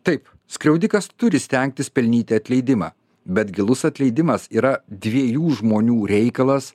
taip skriaudikas turi stengtis pelnyti atleidimą bet gilus atleidimas yra dviejų žmonių reikalas